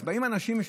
אז באים אנשים,